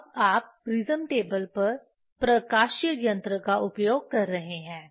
अब आप prism table पर प्रकाशीय यंत्र का उपयोग कर रहे हैं